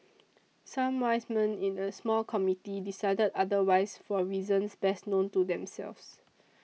some 'wise men' in a small committee decided otherwise for reasons best known to themselves